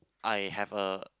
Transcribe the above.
I have a